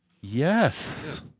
Yes